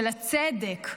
של הצדק,